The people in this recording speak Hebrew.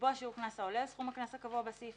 לקבוע שיעור קנס העולה על סכום הקנס הקבוע בסעיף